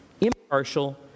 impartial